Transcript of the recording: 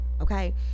Okay